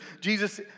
Jesus